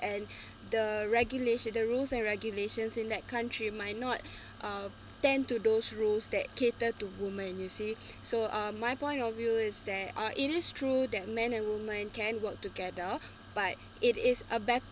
and the regulation the rules and regulations in that country might not uh tend to those roles that cater to women you see so uh my point of view is that or it is true that men and women can work together but it is a